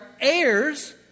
heirs